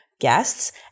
guests